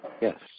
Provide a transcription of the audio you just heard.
Yes